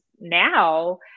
now